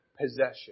possession